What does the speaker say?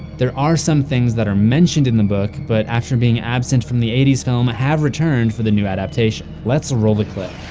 there are some things that were mentioned in the book, but after being absent from the eighty s film have returned for the new adaptation. let's roll the clip.